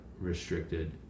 restricted